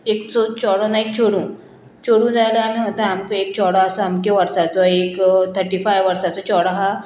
एक सो चोडो ना एक चेडूं चेडूं जाल्यार आमी सांगता एक चोडो आसा अमके वर्सांचो एक थर्टी फायव वर्सांचो चडो आहा